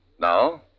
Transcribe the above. Now